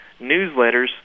newsletters